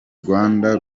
rwanda